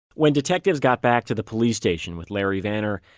when detectives got back to the police station with larry vanner,